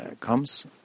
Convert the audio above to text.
comes